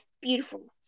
Beautiful